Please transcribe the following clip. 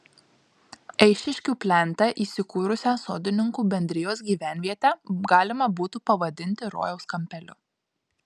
eišiškių plente įsikūrusią sodininkų bendrijos gyvenvietę galima būtų pavadinti rojaus kampeliu